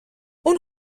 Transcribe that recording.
اون